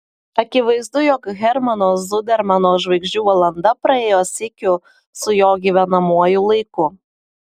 akivaizdu jog hermano zudermano žvaigždžių valanda praėjo sykiu su jo gyvenamuoju laiku